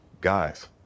guys